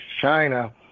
China